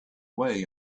way